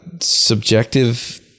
subjective